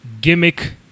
gimmick